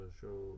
show